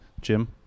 Jim